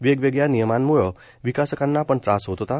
वेगवेगळे नियमांमुळे विकासकांना पण त्रास होत होता